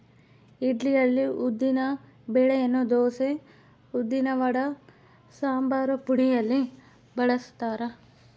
ಇಡ್ಲಿಯಲ್ಲಿ ಉದ್ದಿನ ಬೆಳೆಯನ್ನು ದೋಸೆ, ಉದ್ದಿನವಡ, ಸಂಬಾರಪುಡಿಯಲ್ಲಿ ಬಳಸ್ತಾರ